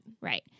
Right